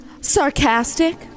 sarcastic